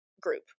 group